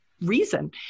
reason